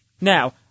Now